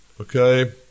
okay